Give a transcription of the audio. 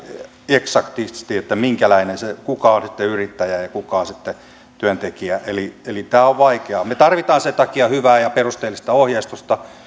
eksaktisti kuka on sitten yrittäjä ja kuka on työntekijä eli tämä on vaikeaa me tarvitsemme sen takia hyvää ja perusteellista ohjeistusta